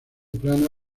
plana